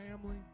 family